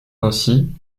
ainsi